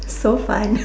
so fun